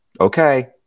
Okay